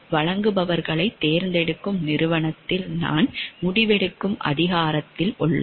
வழங்குபவர்களைத் தேர்ந்தெடுக்கும் நிறுவனத்தில் நான் முடிவெடுக்கும் அதிகாரத்தில் உள்ளேன்